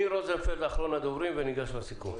אחרון הדוברים שניר רוזנפלד וניגש לסיכום.